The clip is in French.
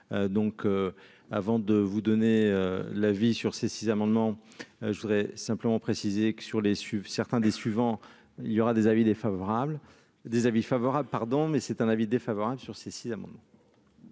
donc avant de vous donner la vie, sur ces six amendements, je voudrais simplement préciser que sur les sur certains des suivants, il y aura des avis défavorables des avis favorables, pardon, mais c'est un avis défavorable sur ces six amendements.